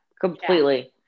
completely